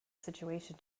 situation